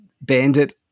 bandit